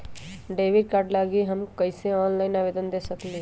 Debit card लागी हम कईसे ऑनलाइन आवेदन दे सकलि ह?